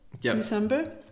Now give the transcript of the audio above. December